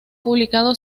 publicado